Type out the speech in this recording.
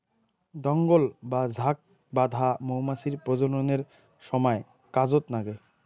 দঙ্গল বা ঝাঁক বাঁধা মৌমাছির প্রজননের সমায় কাজত নাগে